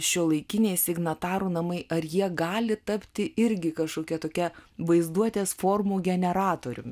šiuolaikiniai signatarų namai ar jie gali tapti irgi kažkokia tokia vaizduotės formų generatoriumi